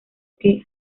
que